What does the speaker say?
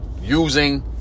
using